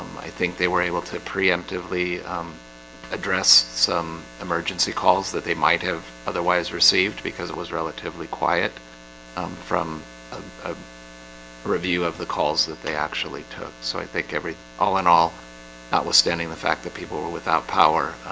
um i think they were able to preemptively address some emergency calls that they might have otherwise received because it was relatively quiet um from a review of the calls that they actually took so i think everything all in all notwithstanding the fact that people were without power.